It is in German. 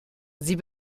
sie